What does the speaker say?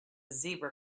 zebra